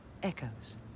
echoes